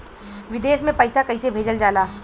विदेश में पैसा कैसे भेजल जाला?